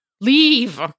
Leave